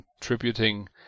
contributing